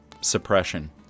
suppression